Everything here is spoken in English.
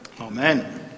Amen